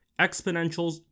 exponentials